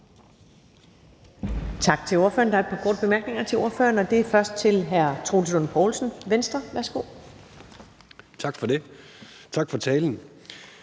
Tak til ordføreren. Der er et par korte bemærkninger til ordføreren, og det er først fra hr. Troels Lund Poulsen, Venstre. Værsgo. Kl. 11:16 Troels